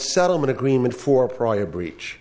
settlement agreement for prior breach